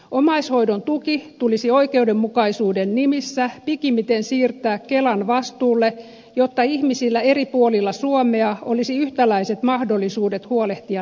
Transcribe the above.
omaishoidon tuki tulisi oikeudenmukaisuuden nimissä pikimmiten siirtää kelan vastuulle jotta ihmisillä eri puolilla suomea olisi yhtäläiset mahdollisuudet huolehtia läheisistään